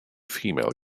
female